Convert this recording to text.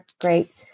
great